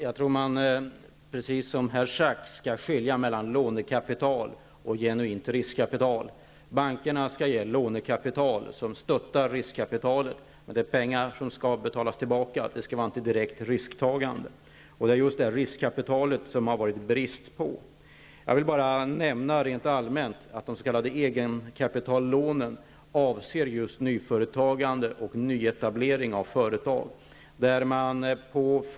Fru talman! Man skall, precis som har sagts här, skilja mellan lånekapital och genuint riskkapital. Bankerna skall ge lånekapital som stöttar riskkapi talet, men det är pengar som skall betalas tillbaka, och det skall inte vara ett direkt risktagande. Det är just riskkapital som det har varit brist på. Jag vill bara rent allmänt nämna att de s.k. egenkapitallånen avser just nyföretagande och nyetablering av företag.